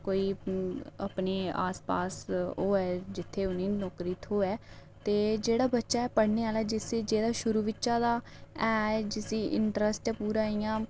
कोई अपने आस पास होऐ जित्थै उ'नेंगी नौकरी थ्होऐ ते जेह्ड़ा बच्चा पढ़ने आह्ला जिसी शुरू बिच्चा दा ऐ जिसी इंटरैस्ट ऐ पूरा इ'यां